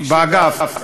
באגף.